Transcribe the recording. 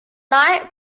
night